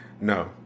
No